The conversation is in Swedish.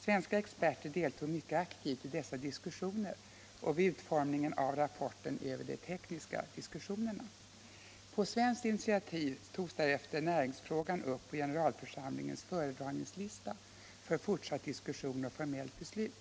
Svenska experter deltog mycket aktivt i dessa diskussioner och vid utformningen av rapporten över de tekniska diskussionerna. På svenskt initiativ togs därefter näringsfrågan upp på generalförsamlingens föredragningslista för fortsatt diskussion och formellt beslut.